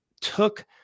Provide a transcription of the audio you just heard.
took